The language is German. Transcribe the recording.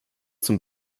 zum